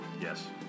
Yes